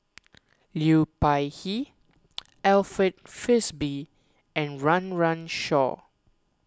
Liu Peihe Alfred Frisby and Run Run Shaw